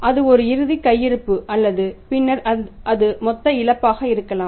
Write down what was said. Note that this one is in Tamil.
அது ஒரு இறுதிக் கையிருப்பு அல்லது பின்னர் அது மொத்த இழப்பாக இருக்கலாம்